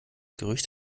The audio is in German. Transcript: gerücht